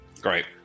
Great